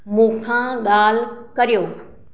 मूंखा ॻाल्हि कर्यो